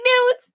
news